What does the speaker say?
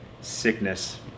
sickness